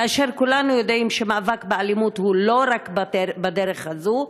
כאשר כולנו יודעים שמאבק באלימות הוא לא רק בדרך הזאת.